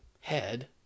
head